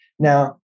Now